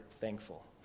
thankful